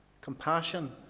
Compassion